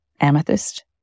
amethyst